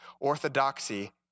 orthodoxy